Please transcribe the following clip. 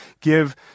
give